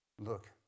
Look